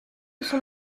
son